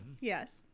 Yes